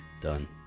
Done